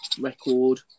record